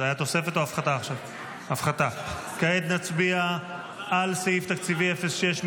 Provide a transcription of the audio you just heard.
כעת נצביע על סעיף תקציבי 06,